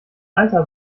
alter